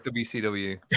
wcw